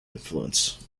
influence